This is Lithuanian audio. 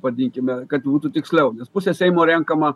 vadinkime kad būtų tiksliau pusė seimo renkama